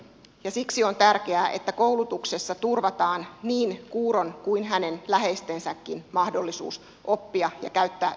ja siksi on tärkeää että koulutuksessa turvataan niin kuuron kuin hänen läheistensäkin mahdollisuus oppia ja käyttää yhteistä kieltä